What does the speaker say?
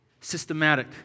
systematic